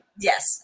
yes